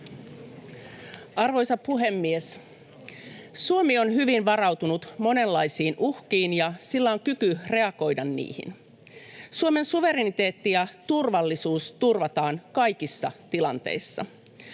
Arvoisa puhemies! Suomi on hyvin varautunut monenlaisiin uhkiin, ja sillä on kyky reagoida niihin. Suomen suvereniteetti ja turvallisuus turvataan kaikissa tilanteissa.